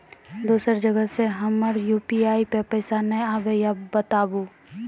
दोसर जगह से हमर यु.पी.आई पे पैसा नैय आबे या बताबू?